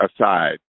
aside